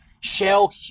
Shell